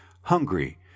hungry